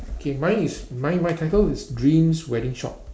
okay mine is mine my title is dreams wedding shop